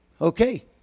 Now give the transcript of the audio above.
Okay